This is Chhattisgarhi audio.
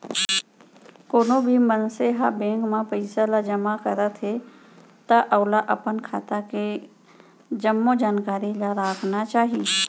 कोनो भी मनसे ह बेंक म पइसा जमा करत हे त ओला अपन खाता के के जम्मो जानकारी ल राखना चाही